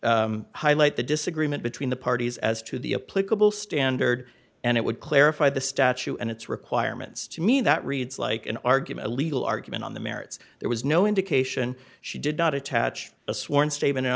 highlight the disagreement between the parties as to the a political standard and it would clarify the statue and its requirements to me that reads like an argument legal argument on the merits there was no indication she did not attach a sworn statement o